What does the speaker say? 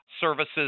services